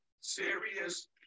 serious